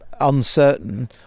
uncertain